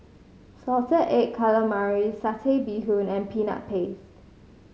salted egg calamari Satay Bee Hoon and Peanut Paste